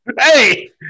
hey